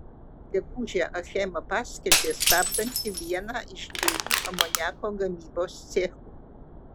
gegužę achema paskelbė stabdanti vieną iš dviejų amoniako gamybos cechų